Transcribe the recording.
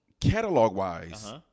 catalog-wise